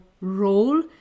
role